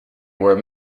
were